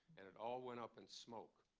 and it all went up in smoke.